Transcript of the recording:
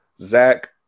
zach